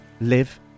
live